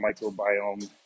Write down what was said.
microbiome